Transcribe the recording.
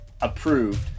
approved